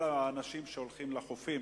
כל האנשים שהולכים לחופים.